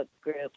group